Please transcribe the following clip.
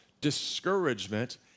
discouragement